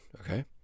okay